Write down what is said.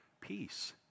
Peace